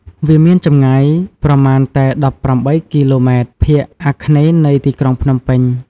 វាមានចម្ងាយប្រមាណតែ ១៨ គីឡូម៉ែត្រ ភាគអាគ្នេយ៍នៃទីក្រុងភ្នំពេញ។